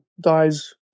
dies